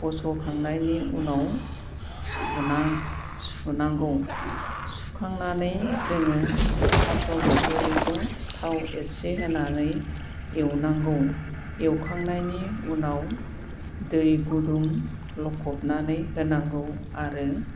बस'खांनायनि उनाव सुनांगौ सुखांनानै जोङो थास' बिथुरिखौ थाव एसे होनानै एवनांगौ एवखांनायनि उनाव दै गुदुं लखबनानै होनांगौ आरो